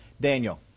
Daniel